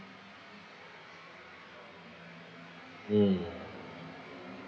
mm